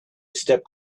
stepped